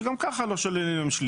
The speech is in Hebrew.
שגם ככה יש שליש,